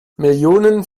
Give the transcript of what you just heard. millionen